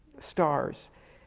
stars.